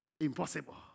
Impossible